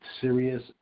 serious